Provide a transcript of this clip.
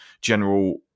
general